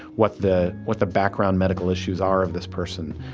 what the what the background medical issues are of this person?